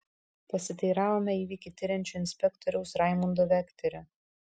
pasiteiravome įvykį tiriančio inspektoriaus raimundo vekterio